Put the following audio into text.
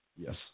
Yes